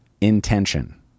intention